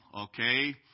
okay